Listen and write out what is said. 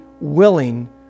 willing